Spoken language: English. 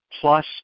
plus